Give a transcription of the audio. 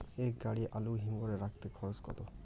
এক গাড়ি আলু হিমঘরে রাখতে খরচ কত?